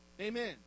Amen